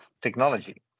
technology